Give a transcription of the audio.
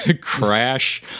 crash